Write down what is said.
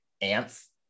ants